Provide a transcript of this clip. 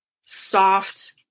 soft